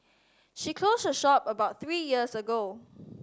she closed her shop about three years ago